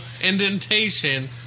indentation